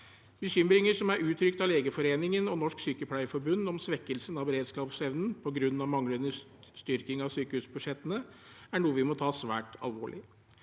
Bekymringer som er uttrykt av Legeforeningen og Norsk Sykepleierforbund om svekkelsen av beredskapsevnen på grunn av manglende styrking av sykehusbudsjettene, er noe vi må ta svært alvorlig.